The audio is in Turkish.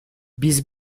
biz